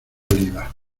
oliva